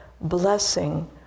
blessing